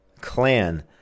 clan